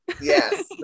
yes